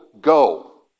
go